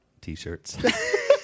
t-shirts